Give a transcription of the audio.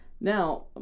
Now